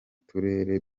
turere